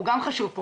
גם חשוב,